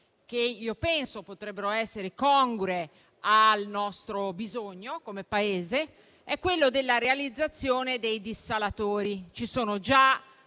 che io penso potrebbe essere congrua al nostro bisogno come Paese è la realizzazione dei dissalatori. Ci sono già